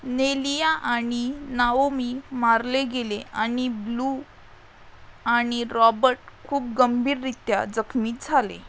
नेलिया आणि नावोमी मारले गेले आणि ब्लू आणि रॉबट खूप गंभीररीत्या जखमी झाले